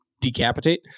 decapitate